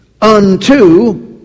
unto